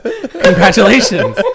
Congratulations